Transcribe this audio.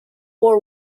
war